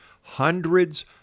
Hundreds